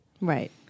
Right